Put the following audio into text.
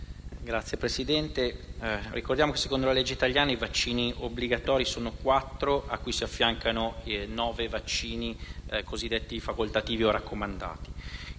Signor Presidente, ricordiamo che, secondo la legge italiana, le vaccinazioni obbligatorie sono quattro, a cui si affiancano nove vaccini cosiddetti facoltativi o raccomandati.